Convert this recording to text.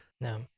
no